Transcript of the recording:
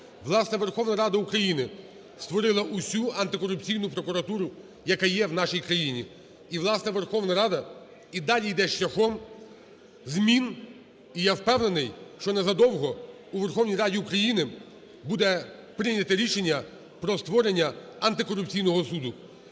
Власне, Верховна Рада України створила всю антикорупційну прокуратуру, яка є в нашій країні, і власне Верховна Рада і далі йде шляхом змін, і я впевнений, що незадовго у Верховній Раді України буде прийнято рішення про створення Антикорупційного суду.